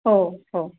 हो हो